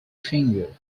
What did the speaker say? finger